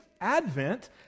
advent